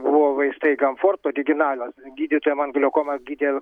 buvo vaistai kamfort originalas gydytoja man gliaukomą gydė